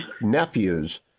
nephews